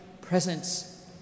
presence